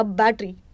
battery